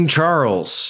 Charles